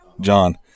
John